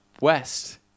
West